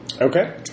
Okay